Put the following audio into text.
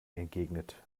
entgegnet